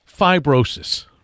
fibrosis